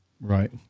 Right